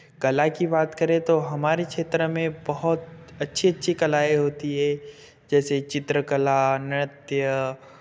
कला की बात करें तो हमारे क्षेत्र में बहुत अच्छी अच्छी कलाएं होती हैं जैसे चित्रकला नृत्य